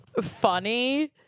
funny